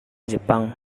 jepang